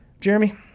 Jeremy